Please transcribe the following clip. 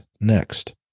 next